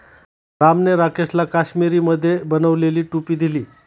रामने राकेशला काश्मिरीमध्ये बनवलेली टोपी दिली